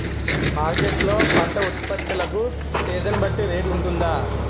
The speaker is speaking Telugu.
మార్కెట్ లొ పంట ఉత్పత్తి లకు సీజన్ బట్టి రేట్ వుంటుందా?